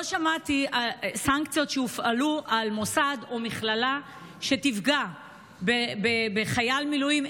לא שמעתי על סנקציות שהופעלו על מוסד או מכללה שיפגעו בחייל מילואים,